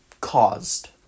caused